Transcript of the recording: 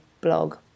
blog